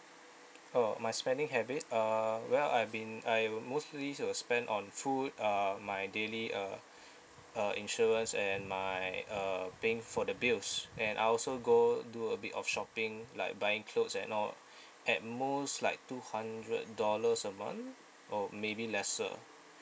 oh my spending habit uh well I've been I will mostly will spend on food uh my daily uh uh insurance and my uh paying for the bills and I also go do a bit of shopping like buying clothes and all at most like two hundred dollars a month or maybe lesser